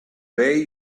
way